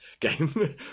game